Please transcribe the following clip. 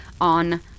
on